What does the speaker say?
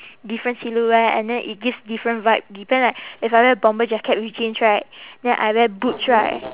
different silhouette and then it gives different vibe depend like if I wear bomber jacket with jeans right then I wear boots right